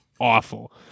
awful